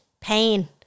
pain